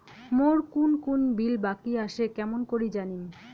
মোর কুন কুন বিল বাকি আসে কেমন করি জানিম?